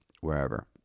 wherever